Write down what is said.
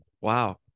Wow